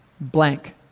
blank